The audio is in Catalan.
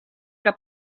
que